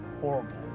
horrible